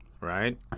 Right